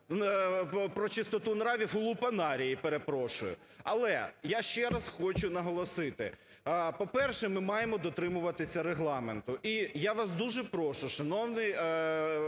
про чистоту нравів в лупанарії, перепрошую. Але я ще раз хочу наголосити. По-перше, ми маємо дотримуватися Регламенту. І я вас дуже прошу, шановний